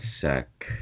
sec